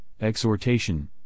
exhortation